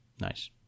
Nice